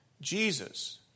Jesus